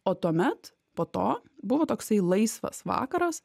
o tuomet po to buvo toksai laisvas vakaras